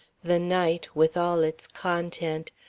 the night, with all its content,